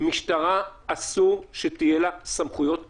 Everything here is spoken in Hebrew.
למשטרה אסור שיהיו סמכויות פיקוח,